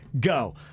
go